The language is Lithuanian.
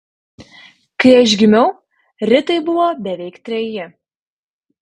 kai aš gimiau ritai buvo beveik treji